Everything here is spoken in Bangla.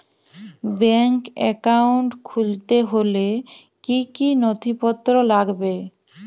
ব্যাঙ্ক একাউন্ট খুলতে হলে কি কি নথিপত্র লাগবে?